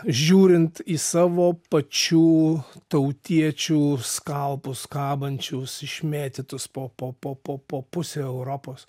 žiūrint į savo pačių tautiečių skalpus kabančius išmėtytus po po po po po pusę europos